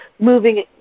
moving